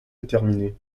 déterminée